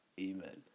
Amen